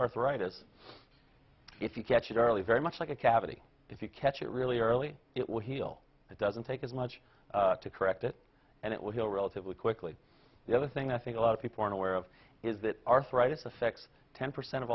arthritis if you catch it early very much like a cavity if you catch it really early it will heal it doesn't take much to correct it and it will heal relatively quickly the other thing i think a lot of people aren't aware of is that arthritis affects ten percent of